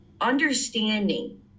understanding